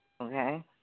Okay